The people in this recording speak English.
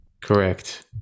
Correct